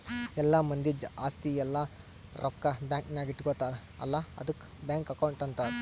ಎಲ್ಲಾ ಮಂದಿದ್ ಆಸ್ತಿ ಇಲ್ಲ ರೊಕ್ಕಾ ಬ್ಯಾಂಕ್ ನಾಗ್ ಇಟ್ಗೋತಾರ್ ಅಲ್ಲಾ ಆದುಕ್ ಬ್ಯಾಂಕ್ ಅಕೌಂಟ್ ಅಂತಾರ್